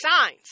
signs